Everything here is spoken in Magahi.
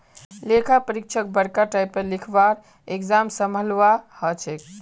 लेखा परीक्षकक बरका टाइपेर लिखवार एग्जाम संभलवा हछेक